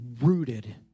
rooted